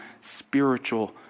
spiritual